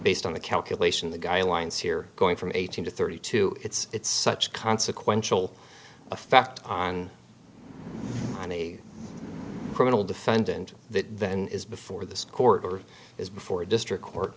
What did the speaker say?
based on the calculation the guy lines here going from eighteen to thirty two it's such consequential effect on on a criminal defendant that then is before the court or is before a district